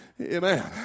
Amen